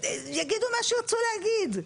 יגידו מה שירצו להגיד.